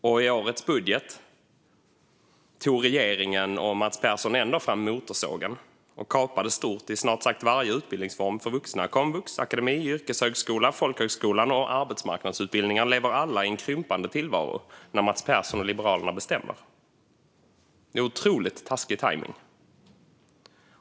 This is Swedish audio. I årets budget tog regeringen och Mats Persson ändå fram motorsågen och kapade stort i snart sagt varje utbildningsform för vuxna. Komvux, akademin, yrkeshögskolan, folkhögskolan och arbetsmarknadsutbildningarna lever alla i en krympande tillvaro när Mats Persson och Liberalerna bestämmer. Det är otroligt taskig tajmning.